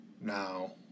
Now